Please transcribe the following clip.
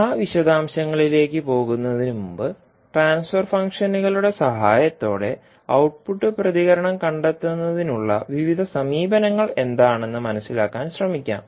ആ വിശദാംശങ്ങളിലേക്ക് പോകുന്നതിനുമുമ്പ് ട്രാൻസ്ഫർ ഫംഗ്ഷനുകളുടെ സഹായത്തോടെ ഔട്ട്പുട്ട് പ്രതികരണം കണ്ടെത്തുന്നതിനുള്ള വിവിധ സമീപനങ്ങൾ എന്താണെന്ന് മനസിലാക്കാൻ ശ്രമിക്കാം